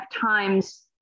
times